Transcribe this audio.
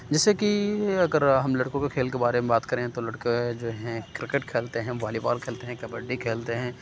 جیسے کے اگر ہم لڑکوں کے کھیل کے بارے میں بات کریں تو لڑکے جو ہیں کرکٹ کھیلتے ہیں بالی بال کھیلتے ہیں کبڈی کھیلتے ہیں